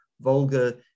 Volga